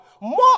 More